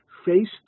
face